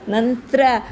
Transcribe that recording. ನಂತರ